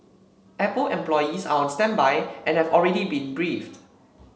apple employees are on standby and have already been briefed